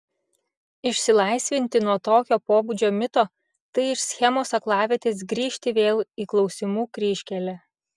išsilaisvinti nuo tokio pobūdžio mito tai iš schemos aklavietės grįžti vėl į klausimų kryžkelę